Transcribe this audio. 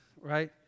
right